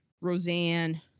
Roseanne